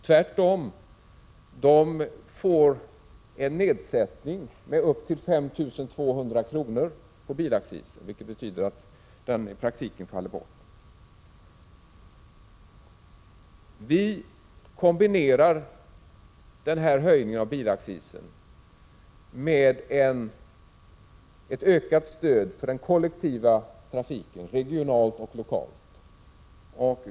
Tvärtom, de får en nedsättning med upp till 5 200 kr., vilket betyder att bilaccisen i praktiken faller bort. Vi kombinerar höjningen av bilaccisen med ett ökat stöd för den kollektiva trafiken, regionalt och lokalt.